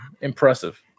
Impressive